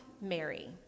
Mary